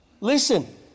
Listen